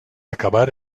acabar